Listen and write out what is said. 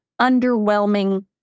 underwhelming